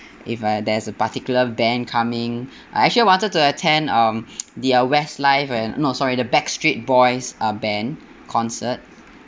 if uh there's a particular band coming I actually I wanted to attend um the uh Westlife and no sorry the Backstreet Boys uh band concert